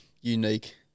unique